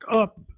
up